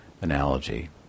analogy